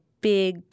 big